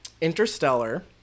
Interstellar